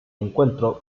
encuentro